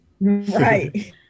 Right